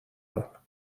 دار